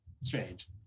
Strange